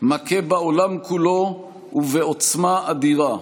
מכה בעולם כולו ובעוצמה אדירה,